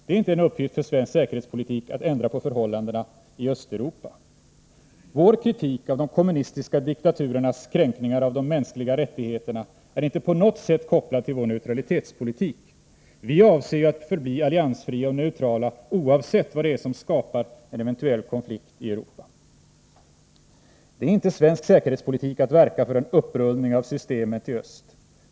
Det är inte en uppgift för svensk säkerhetspolitik att ändra på förhållandena i Östeuropa. Vår kritik av de kommunistiska diktaturernas kränkningar av de mänskliga rättigheterna är inte på något sätt kopplad till vår neutralitetspolitik. Vi avser ju att förbli alliansfria och neutrala oavsett vad det är som skapar en eventuell konflikt i Europa. Det är inte svensk säkerhetspolitik att verka för en upprullning av systemet i öst.